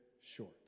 short